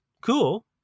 cool